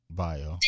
bio